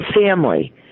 family